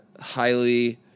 highly –